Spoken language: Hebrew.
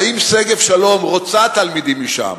האם שגב-שלום רוצה תלמידים משם,